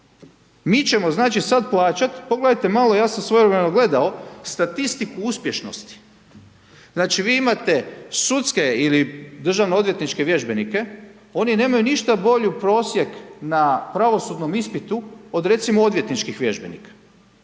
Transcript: Mi ćemo znači sada plaćati, pogledajte malo, ja sam svojevremenu gledao statistiku uspješnosti. Znači vi imate sudske ili državno odvjetničke vježbenike, oni nemaju ništa bolju prosjek na pravosudnom ispitu od recimo odvjetničkih vježbenika.